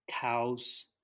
cows